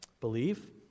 Believe